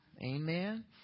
Amen